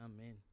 amen